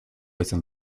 izan